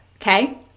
okay